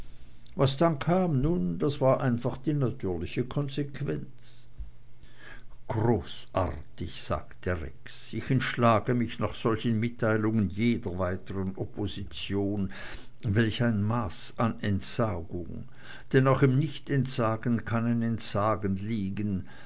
was dann kam nun das war einfach die natürliche konsequenz großartig sagte rex ich entschlage mich nach solchen mitteilungen jeder weiteren opposition welch ein maß von entsagung denn auch im nichtentsagen kann ein entsagen liegen